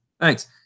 Thanks